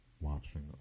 watching